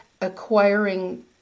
acquiring